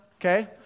okay